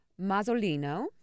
Mazzolino